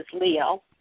Leo